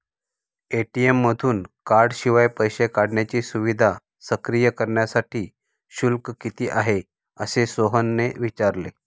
ATM मधून कार्डशिवाय पैसे काढण्याची सुविधा सक्रिय करण्यासाठी शुल्क किती आहे, असे सोहनने विचारले